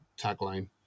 tagline